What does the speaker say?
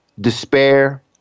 despair